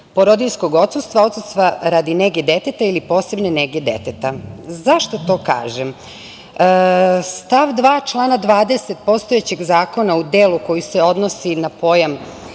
porodiljskog odsustva, odsustva radi nege deteta ili posebne neke deteta.Zašto to kažem? Stav 2. člana 20. postojećeg zakona u delu koji se odnosi na pojam